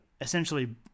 essentially